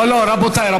לא, רבותיי.